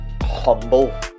humble